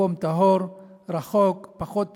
מקום טהור, רחוק, פחות טמא,